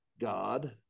God